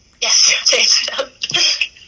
Yes